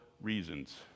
reasons